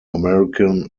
american